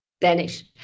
Danish